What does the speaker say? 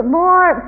more